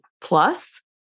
plus